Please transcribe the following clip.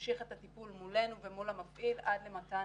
ממשיך את הטיפול מולנו ומול המפעיל עד למתן